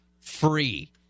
free